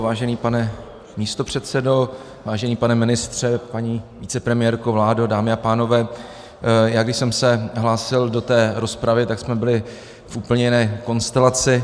Vážený pane místopředsedo, vážený pane ministře, paní vicepremiérko, vládo, dámy a pánové, když jsem se hlásil do rozpravy, tak jsme tady byli v úplně jiné konstelaci.